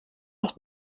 los